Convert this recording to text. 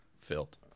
filled